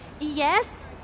Yes